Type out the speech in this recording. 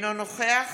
אינו נוכח